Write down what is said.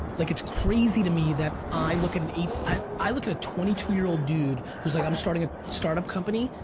like it's crazy to me that i look at an, i i look at a twenty two year old dude who's like i'm starting a startup company,